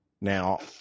Now